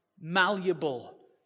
malleable